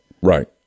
Right